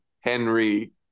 Henry